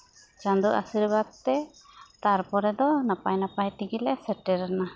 ᱪᱟᱸᱫᱚ ᱟᱥᱤᱨᱵᱟᱫᱽ ᱛᱮ ᱛᱟᱨᱯᱚᱨᱮ ᱫᱚ ᱱᱟᱯᱟᱭ ᱱᱟᱯᱟᱭ ᱛᱮᱜᱮ ᱞᱮ ᱥᱮᱴᱮᱨᱮᱱᱟ